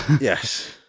Yes